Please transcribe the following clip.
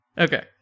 Okay